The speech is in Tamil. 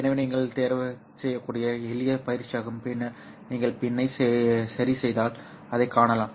எனவே இது நீங்கள் தேர்வுசெய்யக்கூடிய எளிய பயிற்சியாகும் பின்னர் நீங்கள் பின்னை சரிசெய்தால் அதைக் காணலாம்